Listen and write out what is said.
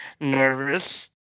Nervous